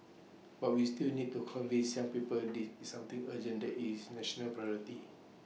but we still need to convince some people they is something urgent that is national priority